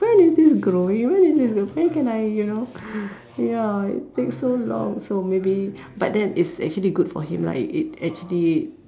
when is this growing when is this when can I you know ya it takes so long so maybe but then it's actually good for him lah it it actually